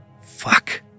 Fuck